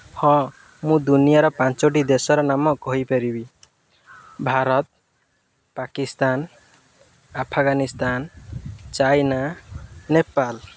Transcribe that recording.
ହଁ ମୁଁ ଦୁନିଆର ପାଞ୍ଚଟି ଦେଶର ନାମ କହିପାରିବି ଭାରତ ପାକିସ୍ତାନ୍ ଆଫଗାନିସ୍ତାନ୍ ଚାଇନା ନେପାଲ୍